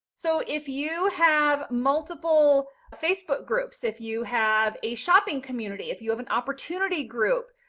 so if you have multiple facebook groups, if you have a shopping community, if you have an opportunity group,